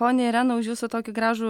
ponia irena už jūsų tokį gražų